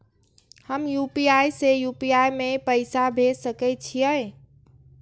हम यू.पी.आई से यू.पी.आई में पैसा भेज सके छिये?